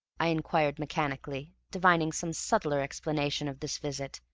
i inquired mechanically, divining some subtler explanation of this visit,